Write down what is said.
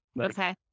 Okay